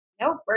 Nope